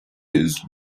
his